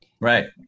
Right